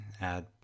add